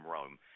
Rome